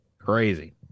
Crazy